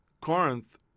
Corinth